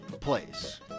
place